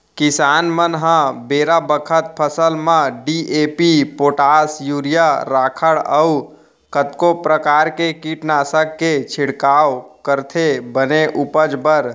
किसान मन ह बेरा बखत फसल म डी.ए.पी, पोटास, यूरिया, राखड़ अउ कतको परकार के कीटनासक के छिड़काव करथे बने उपज बर